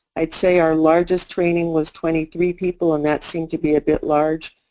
i'd say our largest training was twenty three people and that seemed to be a bit large.